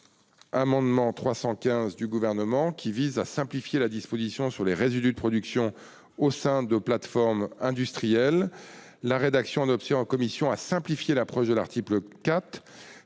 l'amendement n° 315 du Gouvernement, qui vise à simplifier la disposition relative aux résidus de production au sein des plateformes industrielles. La rédaction adoptée en commission a simplifié l'approche prévue à l'article 4.